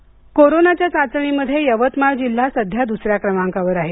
यवतमाळ कोरोनाच्या चाचणीमध्ये यवतमाळ जिल्हा सध्या द्स या क्रमांकावर आहे